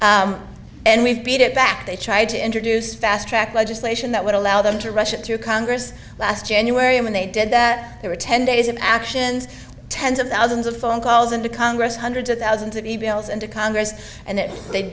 and and we've beat it back they tried to introduce fast track legislation that would allow them to rush it through congress last january and they did that there were ten days of actions tens of thousands of phone calls into congress hundreds of thousands of e mails and to congress and it they